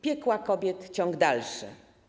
Piekła kobiet ciąg dalszy.